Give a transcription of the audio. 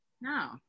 No